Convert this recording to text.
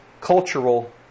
cultural